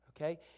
Okay